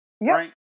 right